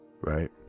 right